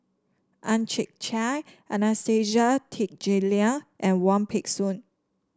Ang Chwee Chai Anastasia Tjendri Liew and Wong Peng Soon